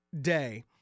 Day